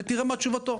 ותראה מה תשובתו.